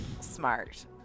Smart